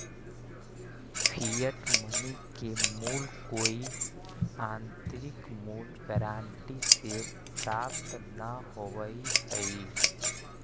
fiat money के मूल्य कोई आंतरिक मूल्य गारंटी से प्राप्त न होवऽ हई